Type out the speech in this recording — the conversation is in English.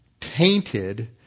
tainted